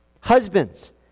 Husbands